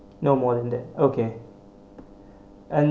no more than that okay and